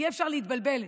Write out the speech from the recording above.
אי-אפשר להתבלבל.